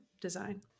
design